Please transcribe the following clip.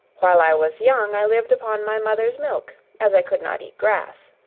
while i was young i lived upon my mother's milk, as i could not eat grass.